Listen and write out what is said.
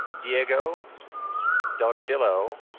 diego delgadillo,